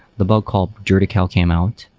the bug called dirty cow came out.